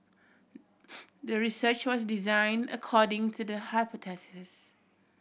the research was designed according to the hypothesis